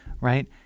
right